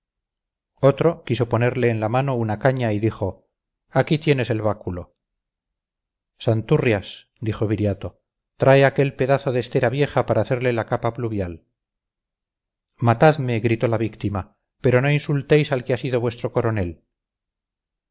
otro quiso ponerle en la mano una caña y dijo aquí tienes el báculo santurrias dijo viriato trae aquel pedazo de estera vieja para hacerle la capa pluvial matadme gritó la víctima pero no insultéis al que ha sido vuestro coronel